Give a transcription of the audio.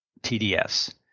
tds